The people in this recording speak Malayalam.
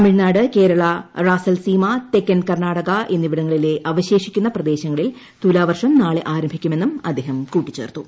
തമിഴ്നൌട്ട് കേരള റസൽസീമ തെക്കൻ കർണ്ണാടക എന്നിവടങ്ങളി്റ്ല് അവശേഷിക്കുന്ന പ്രദേശങ്ങളിൽ തുലാവർഷം നാളെ ആരുംഭിക്കുമെന്നും അദ്ദേഹം കൂട്ടിച്ചേർത്തു